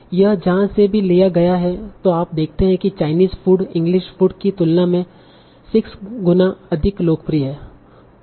यह जहा से भी लिया गया है तों आप देखते हैं की Chinese food english food की तुलना में 6 गुना अधिक लोकप्रिय है